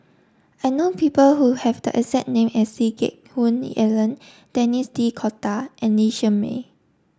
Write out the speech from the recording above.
I know people who have the exact name as Lee Geck Hoon Ellen Denis D'Cotta and Lee Shermay